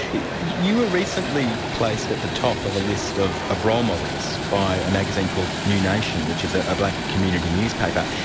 you were recently placed at the top of a list of of role models by a magazine called new nation, which is a a black community newspaper,